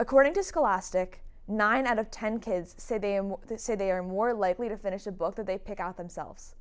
according to school lastic nine out of ten kids say they and they say they are more likely to finish a book that they picked out themselves